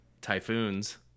Typhoons